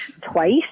twice